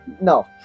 No